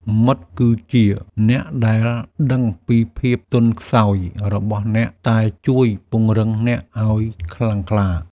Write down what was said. មិត្តគឺជាអ្នកដែលដឹងពីភាពទន់ខ្សោយរបស់អ្នក តែជួយពង្រឹងអ្នកឱ្យខ្លាំងក្លា។